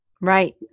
Right